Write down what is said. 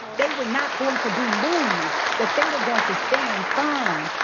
they were not going to be moved. that they were going to stand firm.